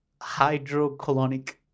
hydrocolonic